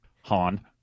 Han